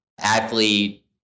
athlete